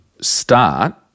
start